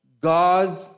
God